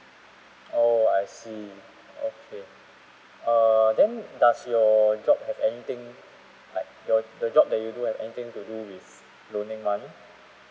oh I see okay err then does your job have anything like your your job that you do have anything to do with loaning money